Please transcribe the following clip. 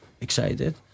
excited